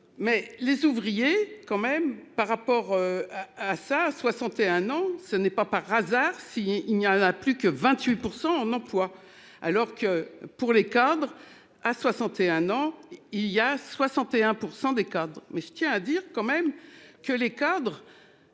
Mais les ouvriers. Quand même par rapport. À ça 61 ans ce n'est pas par hasard si il n'y a plus que 28% en emploi, alors que pour les cadres. À 61 ans il y a 61% des cadres mais je tiens à dire quand même que les cadres.